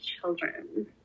children